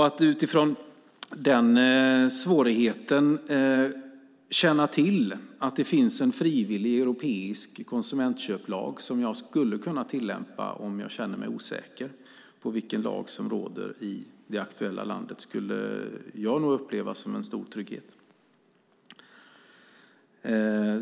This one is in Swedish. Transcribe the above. Att känna till att det finns en frivillig europeisk konsumentköplag som jag skulle kunna tillämpa om jag känner mig osäker på vilken lag som råder i det aktuella landet skulle jag nog uppleva som en stor trygghet.